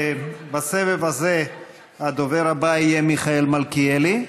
בסבב הזה הדובר הבא יהיה מיכאל מלכיאלי,